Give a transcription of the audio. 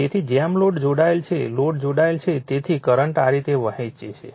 તેથી જેમ લોડ જોડાયેલ છે લોડ જોડાયેલ છે તેથી કરંટ આ રીતે વહેશે